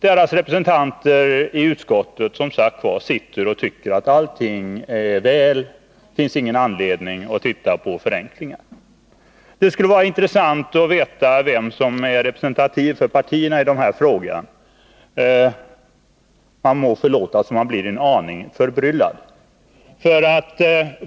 Deras representanter i utskottet tycker emellertid att allt är väl, att det inte finns någon anledning att undersöka möjligheterna till förenklingar. Det skulle vara intressant att veta vilka som är representativa för partierna i denna fråga. Man må förlåtas, om man blir en aning förbryllad.